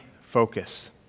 focus